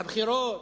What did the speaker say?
בבחירות,